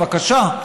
בבקשה,